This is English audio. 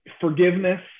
forgiveness